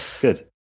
Good